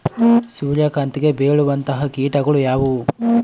ಸೂರ್ಯಕಾಂತಿಗೆ ಬೇಳುವಂತಹ ಕೇಟಗಳು ಯಾವ್ಯಾವು?